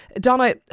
Donna